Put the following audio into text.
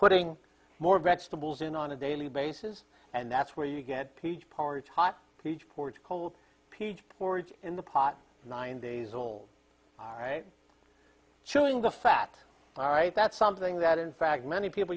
putting more vegetables in on a daily basis and that's where you get peach powers hot peach poured cold peach porridge in the pot nine days old all right chewing the fat all right that's something that in fact many people